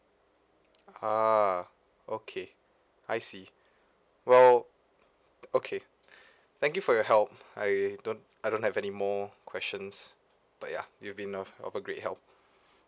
ah okay I see well okay thank you for your help I don't I don't have any more questions but yeah you've been of of a great help